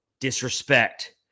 disrespect